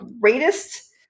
greatest